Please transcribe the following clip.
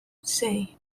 sei